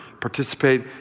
participate